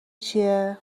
چیه